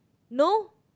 no